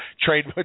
Trade